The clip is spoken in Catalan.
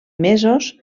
mesos